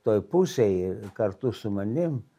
toj pusėj kartu su manim